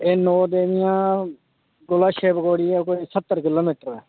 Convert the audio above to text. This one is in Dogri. अच्छा अच्छा